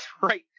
Right